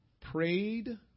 prayed